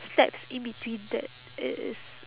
steps in between that it is